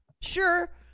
sure